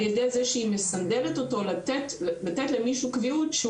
על ידי זה שהיא מסנדלת אותו לתת למישהו קביעות,